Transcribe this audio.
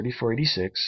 3486